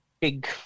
big